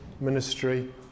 ministry